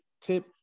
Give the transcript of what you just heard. tip